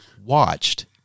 watched